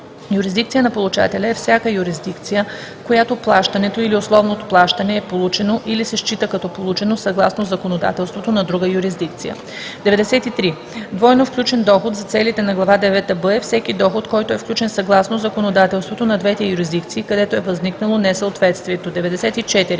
Юрисдикция на получателя е всяка юрисдикция, в която плащането или условното плащане е получено или се счита като получено съгласно законодателството на друга юрисдикция. 93. „Двойно включен доход“ за целите на глава девета „б“ е всеки доход, който е включен съгласно законодателството на двете юрисдикции, където е възникнало несъответствието.